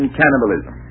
cannibalism